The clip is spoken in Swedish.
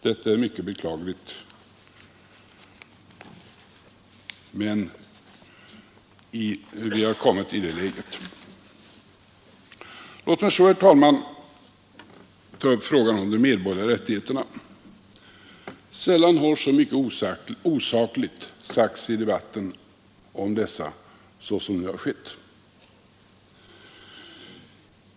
Detta är mycket beklagligt, men vi har kommit i det läget. Låt mig så, herr talman, ta upp frågan om de medborgerliga rättigheterna. Sällan har så mycket osakligt sagts i debatten om dessa såsom nu har skett.